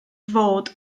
fod